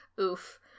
Oof